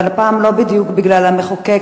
אבל הפעם לא בדיוק בגלל המחוקק,